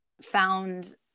found